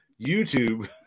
YouTube